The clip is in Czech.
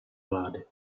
vlády